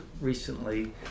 recently